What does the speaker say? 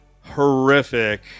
horrific